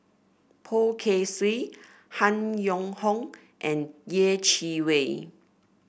Poh Kay Swee Han Yong Hong and Yeh Chi Wei